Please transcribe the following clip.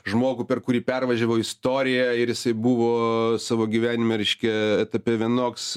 žmogų per kurį pervažiavo istorija ir jisai buvo savo gyvenime reiškia etape vienoks